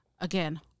again